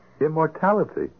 Immortality